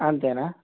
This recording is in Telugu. అంతేనా